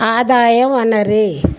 ఆదాయ వనరు